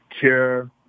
care